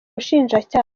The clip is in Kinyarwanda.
bushinjacyaha